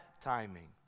timing